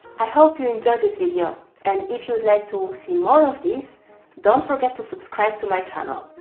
i hope you enjoyed this video and if you would like to see more of these don't forget to subscribe to my channel.